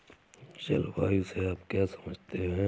जलवायु से आप क्या समझते हैं?